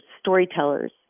storytellers